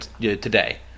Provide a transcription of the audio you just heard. today